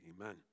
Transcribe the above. Amen